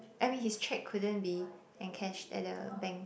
I mean his cheque couldn't be encashed at the bank